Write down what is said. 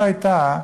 וגרמניה.